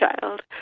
child